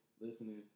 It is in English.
listening